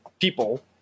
people